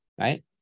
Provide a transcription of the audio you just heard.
right